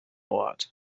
ort